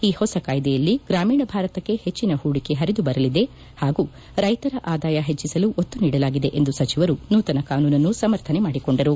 ಈ ಹೊಸ ಕಾಯ್ದೆಯಲ್ಲಿ ಗ್ರಾಮೀಣ ಭಾರತಕ್ಕೆ ಹೆಚ್ಚಿನ ಹೂಡಿಕೆ ಹರಿದುಬರಲಿದೆ ಹಾಗೂ ರೈತರ ಆದಾಯ ಹೆಚ್ಚಿಸಲು ಒತ್ತು ನೀಡಲಾಗಿದೆ ಎಂದು ಸಚಿವರು ನೂತನ ಕಾನೂನನ್ನು ಸಮರ್ಥನೆ ಮಾದಿಕೊಂಡರು